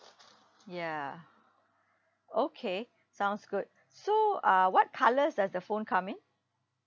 ya okay sounds good so uh what colours does the phone come in